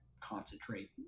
concentrate